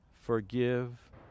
forgive